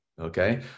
okay